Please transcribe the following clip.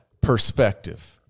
Perspective